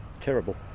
Terrible